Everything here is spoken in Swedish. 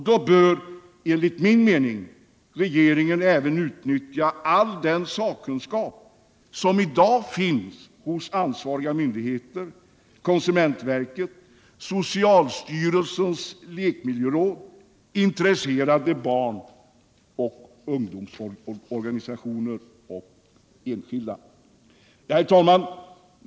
Då bör enligt min mening regeringen utnyttja all den sakkunskap som i dag finns hos ansvariga myndigheter, konsumentverket, socialstyrelsens lekmiljöråd, intresserade barnoch ungdomsorganisationer och hos enskilda.